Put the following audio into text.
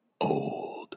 old